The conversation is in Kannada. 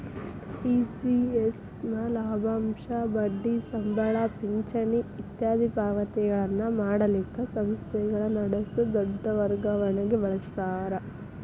ಇ.ಸಿ.ಎಸ್ ನ ಲಾಭಾಂಶ, ಬಡ್ಡಿ, ಸಂಬಳ, ಪಿಂಚಣಿ ಇತ್ಯಾದಿ ಪಾವತಿಗಳನ್ನ ಮಾಡಲಿಕ್ಕ ಸಂಸ್ಥೆಗಳ ನಡಸೊ ದೊಡ್ ವರ್ಗಾವಣಿಗೆ ಬಳಸ್ತಾರ